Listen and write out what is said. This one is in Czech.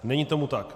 Není tomu tak.